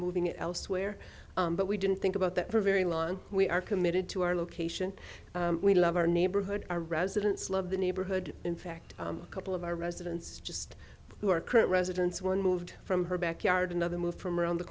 moving elsewhere but we didn't think about that very well and we are committed to our location we love our neighborhood our residents love the neighborhood in fact a couple of our residents just who are current residents one moved from her backyard another move from around the